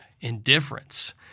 indifference